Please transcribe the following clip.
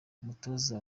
umutoza